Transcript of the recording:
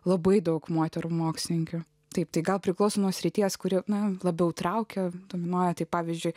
labai daug moterų mokslininkių taip tai gal priklauso nuo srities kuri na labiau traukia dominuoja tai pavyzdžiui